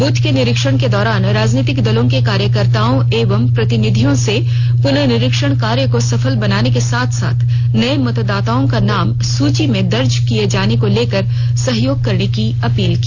बूथों के निरीक्षण के दौरान राजनीतिक दलों के कार्यकर्ताओं एवं प्रतिनिधियों से पुनरीक्षण कार्य को सफल बनाने के साथ साथ नये मतदाताओं का नाम सूची में दर्ज कराये जाने को लेकर सहयोग की भी अपील की